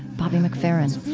bobby mcferrin